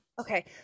Okay